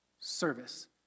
service